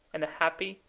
and a happy,